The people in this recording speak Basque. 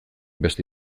beste